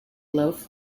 loaf